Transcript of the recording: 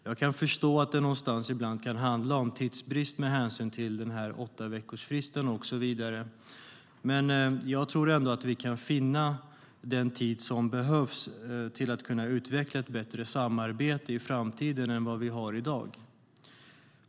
Jag kan förstå att det ibland kan handla om tidsbrist, med hänsyn till åttaveckorsfristen och så vidare. Men jag tror ändå att vi kan finna den tid som behövs till att i framtiden kunna utveckla ett bättre samarbete än vad vi har i dag.